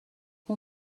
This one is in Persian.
اون